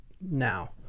now